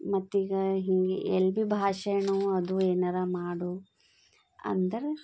ಮತ್ತು ಈಗ ಹಿಂಗೆ ಎಲ್ಲಿ ಭೀ ಭಾಷಣ ಅದು ಏನಾರ ಮಾಡು ಅಂದರೆ